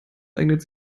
eignet